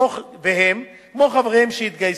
והם, כמו חבריהם שהתגייסו,